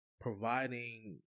providing